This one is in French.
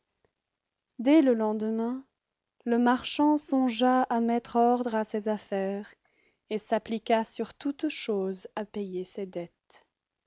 dès le lendemain le marchand songea à mettre ordre à ses affaires et s'appliqua sur toutes choses à payer ses dettes